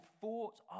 thoughts